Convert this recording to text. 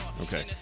Okay